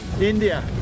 India